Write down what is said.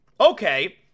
Okay